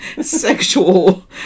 sexual